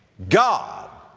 god,